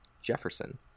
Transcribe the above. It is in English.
Jefferson